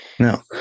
No